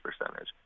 percentage